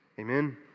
Amen